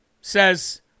says